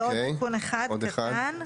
ועוד תיקון אחד קטן.